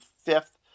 fifth